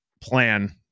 plan